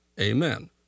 Amen